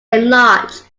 enlarged